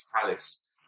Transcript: Palace